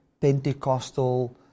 Pentecostal